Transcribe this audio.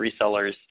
resellers